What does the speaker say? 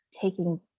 taking